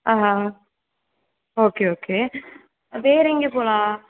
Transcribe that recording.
okay okay வேறு எங்கே போகலாம்